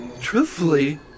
truthfully